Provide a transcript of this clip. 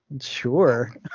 sure